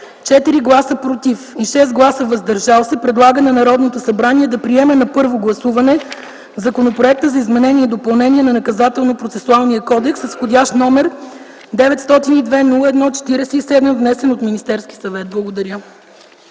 4 гласа „против” и 6 гласа „въздържали се” предлага на Народното събрание да приеме на първо гласуване Законопроект за изменение и допълнение на Наказателно-процесуалния кодекс, № 902-01-47, внесен от Министерския съвет.” Благодаря.